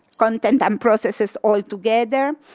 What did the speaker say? content and processes all together,